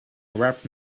rap